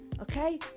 okay